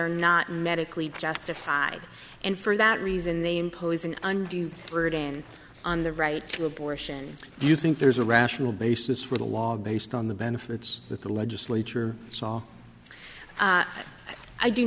are not medically justified and for that reason they impose an undue burden on the right to abortion do you think there's a rational basis for the log based on the benefits that the legislature saw i do